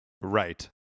Right